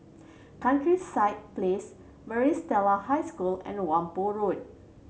Countryside Place Maris Stella High School and Whampoa Road